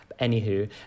Anywho